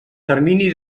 termini